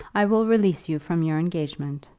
i will release you from your engagement.